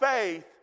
faith